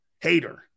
Hater